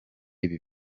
ibi